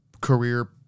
career